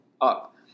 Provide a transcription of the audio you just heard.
up